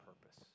purpose